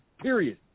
period